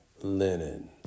linen